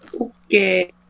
Okay